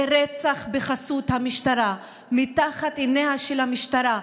זה רצח בחסות המשטרה, מתחת עיניה של המשטרה.